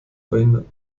verhindern